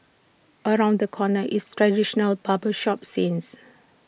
around the corner is traditional barber shop scenes